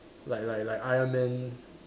like like like Iron man